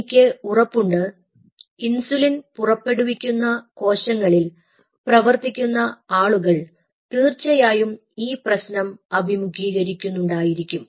എനിക്ക് ഉറപ്പുണ്ട് ഇൻസുലിൻ പുറപ്പെടുവിക്കുന്ന കോശങ്ങളിൽ പ്രവർത്തിക്കുന്ന ആളുകൾ തീർച്ചയായും ഈ പ്രശ്നം അഭിമുഖീകരിക്കുന്നുണ്ടായിരിക്കും